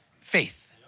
faith